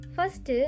First